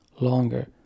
longer